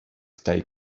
stay